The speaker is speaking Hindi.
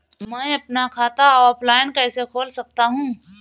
मैं अपना खाता ऑफलाइन कैसे खोल सकता हूँ?